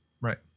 right